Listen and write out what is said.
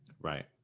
Right